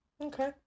Okay